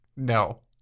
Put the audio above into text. No